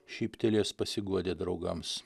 šyptelėjęs pasiguodė draugams